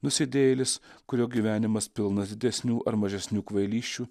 nusidėjėlis kurio gyvenimas pilnas didesnių ar mažesnių kvailysčių